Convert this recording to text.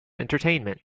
entertainment